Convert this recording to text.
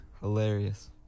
Hilarious